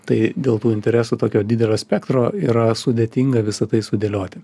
tai dėl tų interesų tokio didelio spektro yra sudėtinga visa tai sudėlioti